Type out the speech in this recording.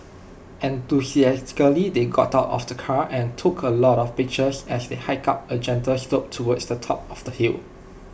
enthusiastically they got out of the car and took A lot of pictures as they hiked up A gentle slope towards the top of the hill